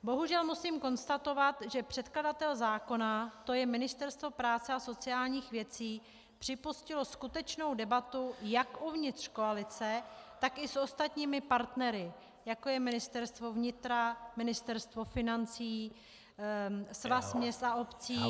Bohužel musím konstatovat, že předkladatel zákona, to je Ministerstvo práce a sociálních věcí, připustilo skutečnou debatu jak uvnitř koalice, tak i s ostatními partnery, jako je Ministerstvo vnitra, Ministerstvo financí, Svaz měst a obcí